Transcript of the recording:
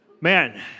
Man